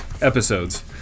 Episodes